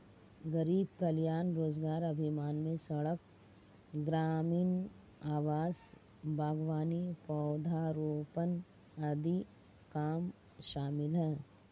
गरीब कल्याण रोजगार अभियान में सड़क, ग्रामीण आवास, बागवानी, पौधारोपण आदि काम शामिल है